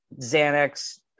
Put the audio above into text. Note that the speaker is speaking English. Xanax